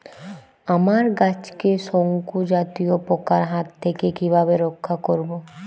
আমার গাছকে শঙ্কু জাতীয় পোকার হাত থেকে কিভাবে রক্ষা করব?